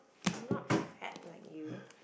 I'm not fat like you